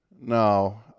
No